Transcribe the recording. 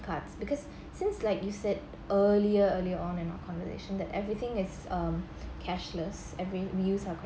cards because since like you said earlier earlier on in our conversation that's um everything is um cashless every we use our credit